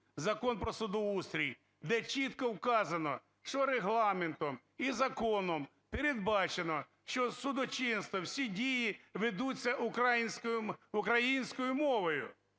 Закон про судоустрій, де чітко вказано, що регламентом і законом передбачено, що судочинство, всі дії ведуться українською мовою.